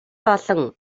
болон